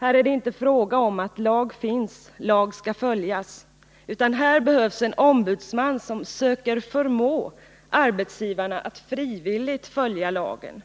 Här är det inte fråga om att lag finns och att lag skall följas, utan här behövs en ombudsman som ”söker förmå” arbetsgivarna att frivilligt följa lagen.